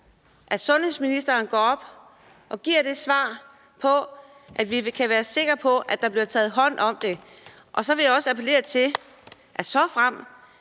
og ældreministeren går op og giver et svar på, om vi kan være sikre på, at der bliver taget hånd om det. Og så vil jeg også appellere til, såfremt